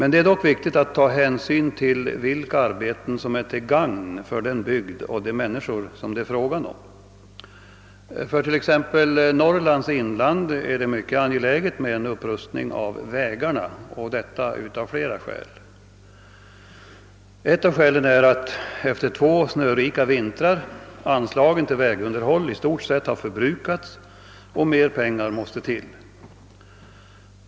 Det är dock viktigt att ta hänsyn till vilka arbeten som är till gagn för den bygd och de människor det är fråga om. För exempelvis Norrlands in land är det av flera skäl mycket angeläget med en upprustning av vägarna. Ett av skälen är att anslagen till vägunderhåll efter två snörika vintrar i stort sett har förbrukats och att mera pengar måste till.